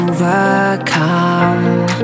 Overcome